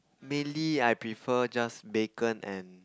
mainly I prefer just bacon and